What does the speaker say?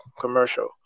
commercial